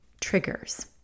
triggers